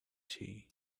tea